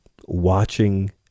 watching